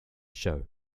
show